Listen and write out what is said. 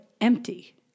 empty